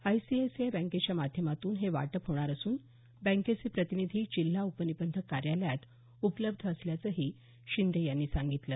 ICICI बँकेच्या माध्यमातून हे वाटप होणार असून बँकेचे प्रतिनिधी जिल्हा उपनिबंधक कार्यालयात उपलब्ध असल्याचं त्यांनी सांगितलं